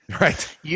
Right